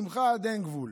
שמחה עד אין גבול.